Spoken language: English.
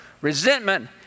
Resentment